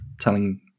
telling